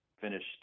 finished